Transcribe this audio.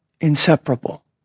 inseparable